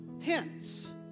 hints